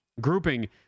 grouping